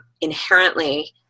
inherently